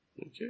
Okay